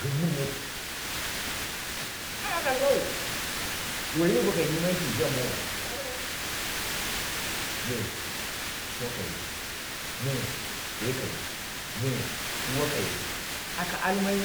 Gin mɨ neet ai aka almawu, waimu kai yimaime shi jabma aka almai me ting kaye me, de kayė, tuwa kaye aka almai